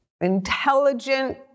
intelligent